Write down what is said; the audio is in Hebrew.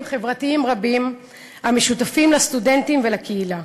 חברתיים רבים המשותפים לסטודנטים ולקהילה.